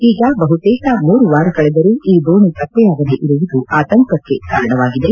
ಈಗ ಬಹುತೇಕ ಮೂರು ವಾರ ಕಳೆದರೂ ಈ ದೋಣಿ ಪತ್ತೆಯಾಗದೇ ಇರುವುದು ಆತಂಕಕ್ಕೆ ಕಾರಣವಾಗಿದೆ